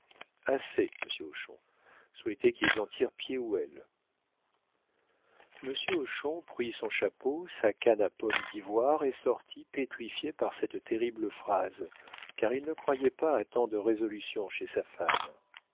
assez monsieur hochon souhaitez qu'ils en tirent pied ou aile monsieur hochon prit son chapeau sa canne à pomme d'ivoire et sortit pétrifié par cette terrible phrase car il ne croyait pas à tant de résolution chez sa femme